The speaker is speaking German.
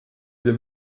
wir